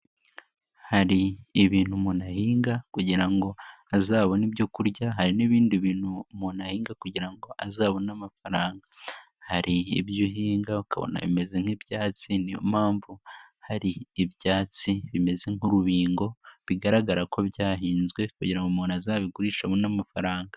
Hari ibintu umuntu ahinga kujyirango kujyirango azabone ibyo kurya hari nibindi umuntu ahinga kujyirango azabona amafaranga, hari ibyo uhinga ukabona bimeze niyo mpamvu hari ibyatsi bimeze nk'urubingo bigaragara ko byahinzwe kujyirango umuntu azabigurishe abone amafaranga.